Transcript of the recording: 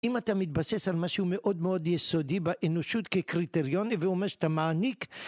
אם אתה מתבסס על משהו מאוד מאוד יסודי באנושות כקריטריון ואומר שאתה מעניק